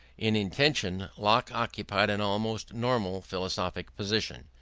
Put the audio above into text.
in intention locke occupied an almost normal philosophic position,